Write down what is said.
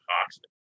toxic